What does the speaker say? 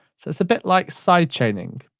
so it's a bit like side-chaining.